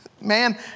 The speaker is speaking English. Man